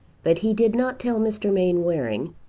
but he did not tell mr. mainwaring,